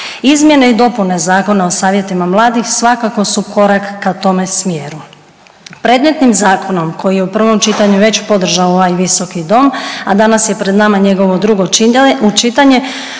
Izmjene i dopune Zakona o savjetima mladih svakako su korak ka tome smjeru. Predmetnim zakonom koji je u prvom čitanju već podržao ovaj visoki dom, a danas je pred nama njegovo drugo čitanje,